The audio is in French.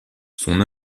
son